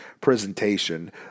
presentation